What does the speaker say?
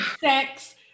sex